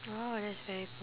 !wow! that is very